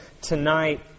tonight